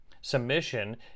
submission